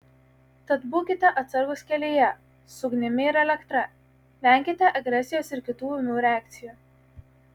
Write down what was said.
tad būkite atsargūs kelyje su ugnimi ir elektra venkite agresijos ir kitų ūmių reakcijų